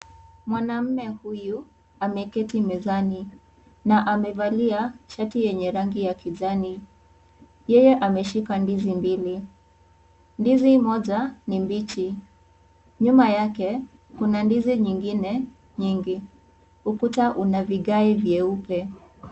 Mwanaume huyu ameketi mezani na amevalia shati yenye rangi ya kijani, yeye ameshika ndizi mbili, ndizi moja ni mbichi, nyuma yake kuna ndizi nyingine nyingi, ukuta una vigai vyeupe.